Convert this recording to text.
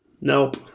nope